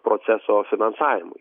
proceso finansavimui